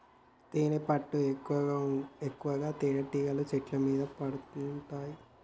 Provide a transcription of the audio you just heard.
తేనెపట్టు ఎక్కువగా తేనెటీగలు చెట్ల మీద పెడుతుంటాయి